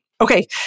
okay